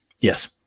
Yes